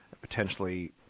potentially